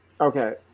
Okay